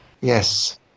Yes